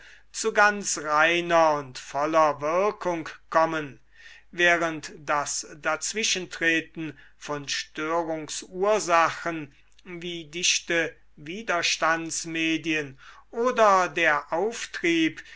zu ganz reiner und voller wirkung kommen während das dazwischentreten von störungsursachen wie dichte widerstandsmedien oder der auftrieb